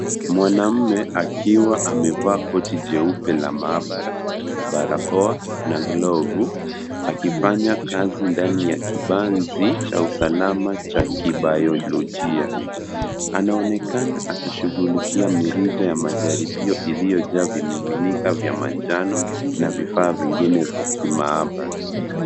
Mwanaume akiwa amevaa koti jeupe la maabara, barakoa na glovu, akifanya kazi ndani ya kibanzi cha usalama cha Kibayolojia. Anaonekana akishughulikia mirija ya majaribio iliyojaa vimiminika vya manjano, na vifaa vingine vya kimaabara.